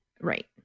Right